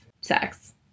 sex